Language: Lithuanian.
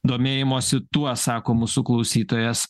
domėjimosi tuo sako mūsų klausytojas